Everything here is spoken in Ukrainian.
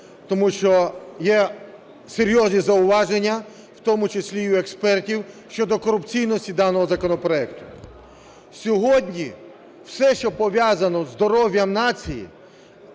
тому що є серйозні зауваження, в тому числі і у експертів щодо корупційності даного законопроекту. Сьогодні все, що пов'язане із здоров'ям нації,